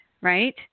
Right